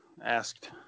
asked